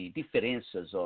diferenças